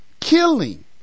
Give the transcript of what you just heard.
killing